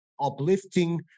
uplifting